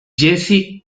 jesse